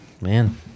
man